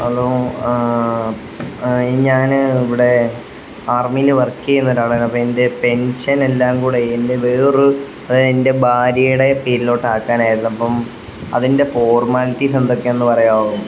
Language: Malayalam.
ഹലോ ഞാന് ഇവിടെ ആർമിയില് വർക്ക് ചെയ്യുന്ന ഒരാളാണ് അപ്പം എൻ്റെ പെൻഷൻ എല്ലാം കൂടെ എൻ്റെ വേറൊരു അതായത് എൻ്റെ ഭാര്യയുടെ പേരിലോട്ട് ആക്കാനായിരുന്നു അപ്പം അതിൻ്റെ ഫോർമാലിറ്റീസ് എന്തൊക്കെയാന്ന് പറയാവോ